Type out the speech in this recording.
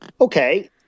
okay